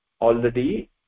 already